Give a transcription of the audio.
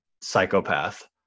psychopath